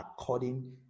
according